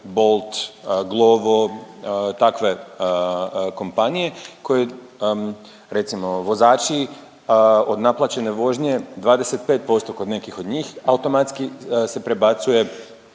Bolt, Glovo takve kompanije koje recimo vozači od naplaćene vožnje 25% kod nekih od njih automatski se prebacuje